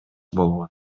болгон